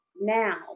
now